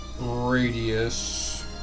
radius